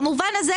במובן הזה,